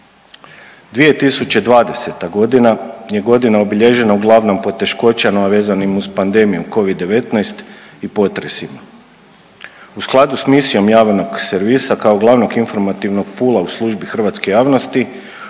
2020. g. je godina obilježena uglavnom poteškoćama vezanim uz pandemiju Covid-19 i potresima. U skladu s misijom javnog servisa kao glavnog informativnog poola u službi hrvatske javnosti